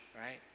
right